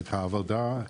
את העבודה,